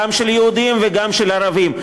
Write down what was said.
גם של יהודים וגם של ערבים.